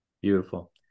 Beautiful